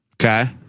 Okay